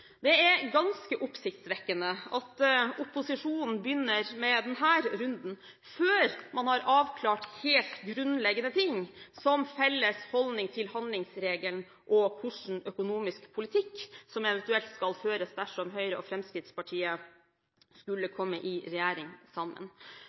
Det er ganske oppsiktsvekkende at opposisjonen begynner med denne runden før man har avklart helt grunnleggende ting, som felles holdning til handlingsregelen og hvilken økonomisk politikk som eventuelt skal føres dersom Høyre og Fremskrittspartiet skulle